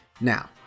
Now